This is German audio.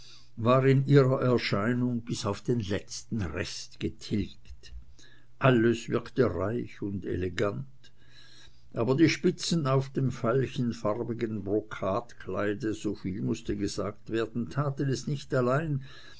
war in ihrer erscheinung bis auf den letzten rest getilgt alles wirkte reich und elegant aber die spitzen auf dem veilchenfarbenen brokatkleide soviel mußte gesagt werden taten es nicht allein